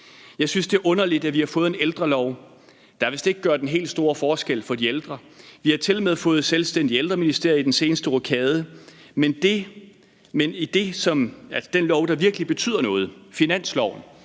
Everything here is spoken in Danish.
Jeg synes, det er underligt, at vi har fået en ældrelov, der vist ikke gør den helt store forskel for de ældre. Vi har tilmed fået et selvstændigt Ældreministerium i den seneste rokade. Men den lov, der virkelig betyder noget, finansloven,